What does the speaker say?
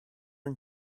and